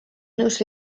nõus